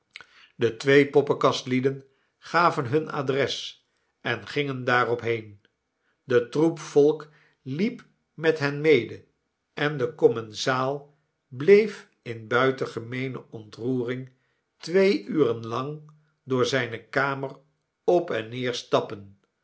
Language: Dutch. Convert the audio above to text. de twee poppenkastlieden gaven hun adres en gingen daarop heen de troep volk liep met hen mede en de commensaal bleef in buitengemeene ontroering twee uren lang door zijne earner op en neer stappen